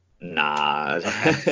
Nah